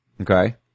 Okay